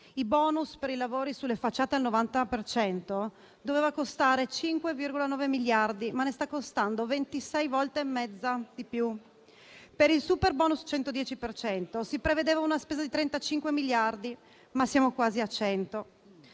Il *bonus* per i lavori sulle facciate al 90 per cento doveva costare 5,9 miliardi, ma sta constando 26 volte e mezza di più. Per il superbonus 110 per cento si prevedeva una spesa di 35 miliardi, ma siamo quasi a 100.